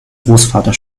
großvater